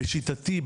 בשיטתי,